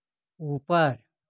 ऊपर